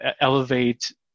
elevate